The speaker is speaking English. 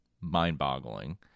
Mind-boggling